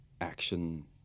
action